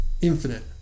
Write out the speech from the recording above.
Infinite